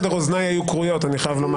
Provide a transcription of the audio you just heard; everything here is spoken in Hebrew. מאות אם לא אלפי סמכויות שמוגדרות